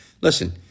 Listen